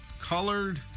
colored